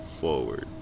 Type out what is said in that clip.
forward